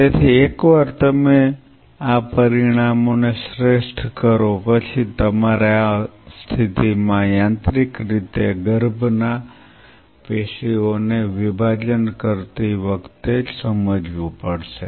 તેથી એકવાર તમે આ પરિમાણોને શ્રેષ્ઠ કરો પછી તમારે આ સ્થિતિમાં યાંત્રિક રીતે ગર્ભના પેશીઓને વિભાજન કરતી વખતે સમજવું પડશે